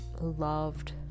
loved